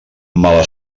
mala